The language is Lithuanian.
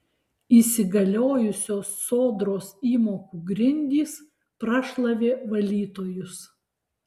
įsigaliojusios sodros įmokų grindys prašlavė valytojus